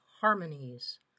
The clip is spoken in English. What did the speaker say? harmonies